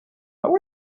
how